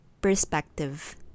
perspective